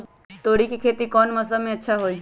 तोड़ी के खेती कौन मौसम में अच्छा होई?